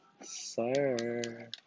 Sir